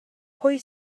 pwy